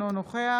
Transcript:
אינו נוכח